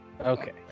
Okay